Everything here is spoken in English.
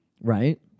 Right